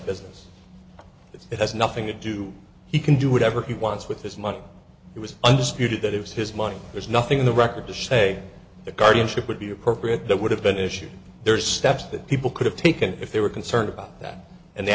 business if it has nothing to do he can do whatever he wants with his money it was understood that it was his money there's nothing in the record to say the guardianship would be appropriate that would have been issued there are steps that people could have taken if they were concerned about that and the